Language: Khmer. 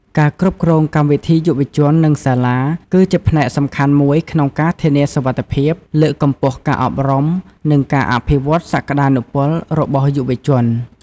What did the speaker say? ការគ្រប់គ្រងកម្មវិធីយុវជន និងសាលា គឺជាផ្នែកសំខាន់មួយក្នុងការធានាសុវត្ថិភាព លើកកម្ពស់ការអប់រំ និងការអភិវឌ្ឍសក្តានុពលរបស់យុវជន។